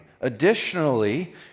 Additionally